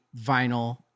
vinyl